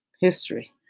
history